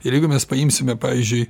ir jeigu mes paimsime pavyzdžiui